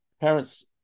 Parents